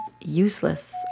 useless